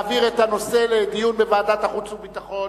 ובכן כך: השר הציע להעביר את הנושא לדיון בוועדת החוץ והביטחון.